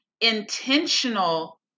intentional